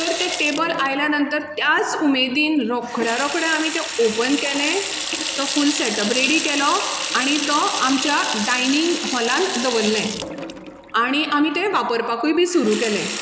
तर तें टेबल आयल्या नंतर त्याच उमेदीन रोकड्या रोकडें आमी तें ओपन केलें तो फूल सॅटअप रेडी केलो आनी तो आमच्या डायनींग हॉलान दवरलें आनी आमी तें वापरपाकूय बी सुरू केलें